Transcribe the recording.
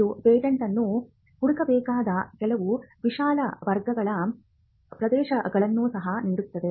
ಇದು ಪೇಟೆಂಟ್ ಅನ್ನು ಹುಡುಕಬೇಕಾದ ಕೆಲವು ವಿಶಾಲ ವರ್ಗಗಳ ಪ್ರದೇಶಗಳನ್ನು ಸಹ ನೀಡುತ್ತದೆ